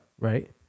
Right